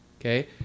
Okay